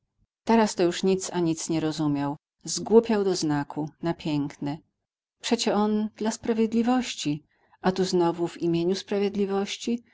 teraz to już nic a nic nie rozumiał zgłupiał doznaku na piekne przecie on dla sprawiedliwości a tu znowu w imieniu sprawiedliwości